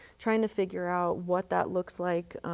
trying to figure out what that looks like,